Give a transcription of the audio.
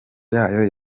yayo